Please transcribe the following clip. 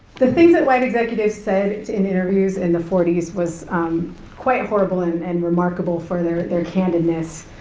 the things that white executives said in interviews in the forty s was quite horrible and and remarkable for their their candidness.